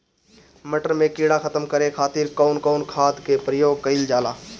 मटर में कीड़ा खत्म करे खातीर कउन कउन खाद के प्रयोग कईल जाला?